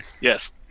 yes